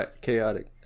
chaotic